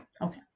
Okay